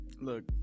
Look